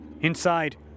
Inside